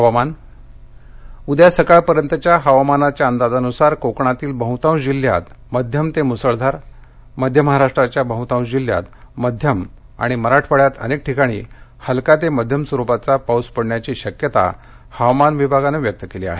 हवामान उद्या सकाळपर्यंतच्या हवामानाच्या अंदाजानुसार कोकणातील बहुतांश जिल्ह्यात मध्यम ते मुसळधार मध्य महाराष्ट्राध्या बहतांश जिल्ह्यात मध्यम आणि मराठवाड्यात अनेक ठिकाणी हलका ते मध्यम स्वरूपाचा पाऊस पडण्याची शक्यता हवामान विभागानं व्यक्त केली आहे